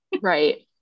right